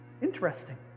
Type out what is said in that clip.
interesting